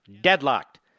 deadlocked